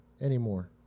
anymore